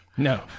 No